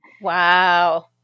Wow